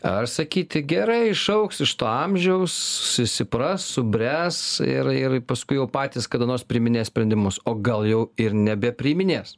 ar sakyti gerai išaugs iš to amžiaus susipras subręs ir ir paskui jau patys kada nors priiminės sprendimus o gal jau ir nebepriiminės